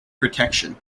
protection